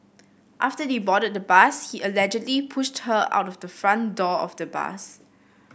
after they boarded the bus he allegedly pushed her out of the front door of the bus